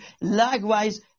Likewise